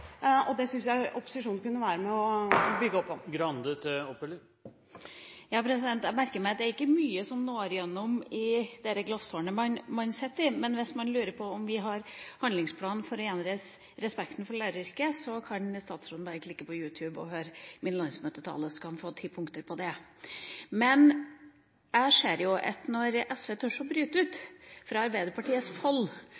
og det synes jeg opposisjonen kunne være med og bygge opp om. Jeg merker meg at det ikke er mye som når igjennom i glasstårnet man sitter i, men hvis man lurer på om vi har handlingsplan for å gjenreise respekten for læreryrket, kan statsråden bare klikke på You Tube og høre min landsmøtetale, så kan hun få ti punkter på det. Men jeg ser at når SV tør å bryte